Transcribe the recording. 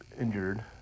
injured